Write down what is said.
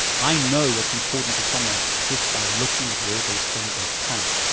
i know what's important to someone just by looking at where they spend their time.